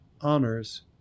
honors